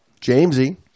Jamesy